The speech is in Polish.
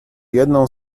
jedną